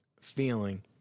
feeling